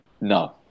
No